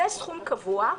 זה סכום קבוע.